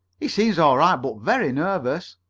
he seems all right, but very nervous.